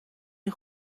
این